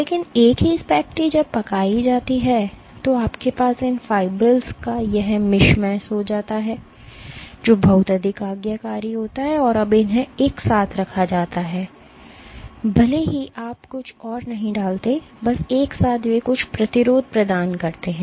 लेकिन एक ही स्पेगेटी जब पकाया जाता है तो आपके पास इन फिब्रिल्स का यह मिश मैश होता है जो बहुत अधिक आज्ञाकारी होता है और जब उन्हें एक साथ रखा जाता है भले ही आप कुछ और नहीं डालते हैं बस एक साथ वे कुछ प्रतिरोध प्रदान करते हैं